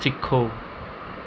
ਸਿੱਖੋ